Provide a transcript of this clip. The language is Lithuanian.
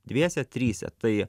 dviese trise tai